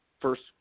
first